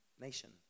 nation